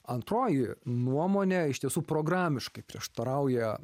antroji nuomone iš tiesų programiškai prieštarauja